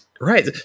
Right